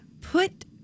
put